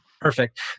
Perfect